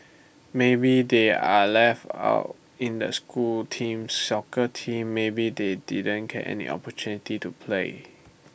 maybe they are left out in the school teams soccer team maybe they didn't get any opportunity to play